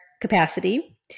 capacity